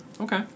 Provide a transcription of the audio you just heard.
Okay